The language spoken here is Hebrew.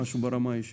ברמה האישית.